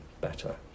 better